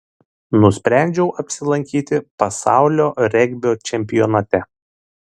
nusprendžiau apsilankyti pasaulio regbio čempionate